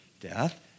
death